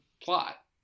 plot